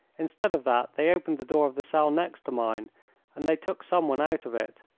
instead of that they opened the door of the cell next mine and they took someone out of it.